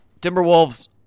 Timberwolves